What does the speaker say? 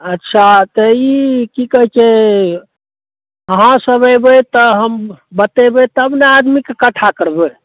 अच्छा तऽ ई की कहैत छै अहाँ सब अयबै तऽ हम बतेबै तब ने आदमीकेँ कथा करबै